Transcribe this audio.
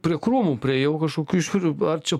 prie krūmų priėjau kažkokių žiūriu ar čia